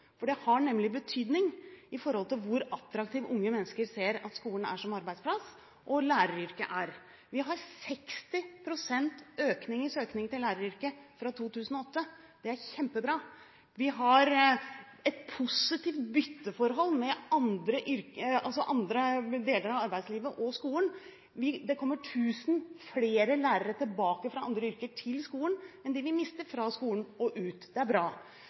For det har nemlig betydning for hvor attraktiv unge mennesker ser at skolen er som arbeidsplass, og læreryrket er. Vi har 60 pst. økning i søkningen til læreryrket fra 2008. Det er kjempebra. Vi har et positivt bytteforhold med andre deler av arbeidslivet og skolen. Det kommer 1 000 flere lærere tilbake fra andre yrker til skolen enn dem vi mister ut fra skolen. Det er bra.